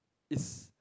is